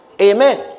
Amen